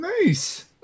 Nice